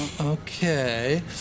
okay